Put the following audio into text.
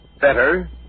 Better